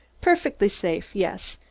perfectly safe, yes.